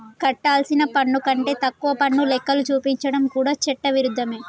కట్టాల్సిన పన్ను కంటే తక్కువ పన్ను లెక్కలు చూపించడం కూడా చట్ట విరుద్ధమే